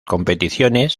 competiciones